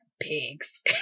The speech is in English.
pigs